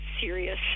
serious